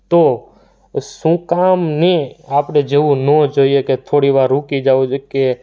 તો શું કામને આપણે જવું નો જોઈએ કે થોડી વાર રૂકી જવું જોઈએ કે